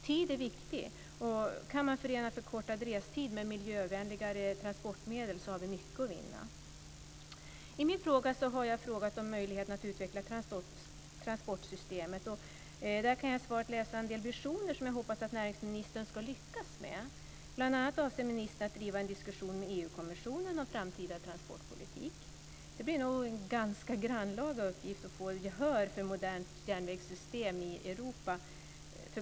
Tid är viktig, och kan vi förena förkortad restid med miljövänligare transportmedel har vi mycket att vinna. I min interpellation har jag frågat om möjligheten att utveckla transportsystemet. I svaret kan jag läsa en del visioner som jag hoppas att näringsministern ska lyckas med. Bl.a. avser ministern att driva en diskussion med EU-kommissionen om framtida transportpolitik. Det blir nog en grannlaga uppgift, att få gehör för ett modernt järnvägssystem i Europa.